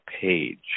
page